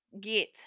get